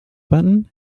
button